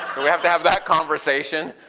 we have to have that conversation,